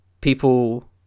people